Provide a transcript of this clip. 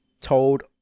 told